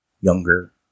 younger